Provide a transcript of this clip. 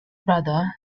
brother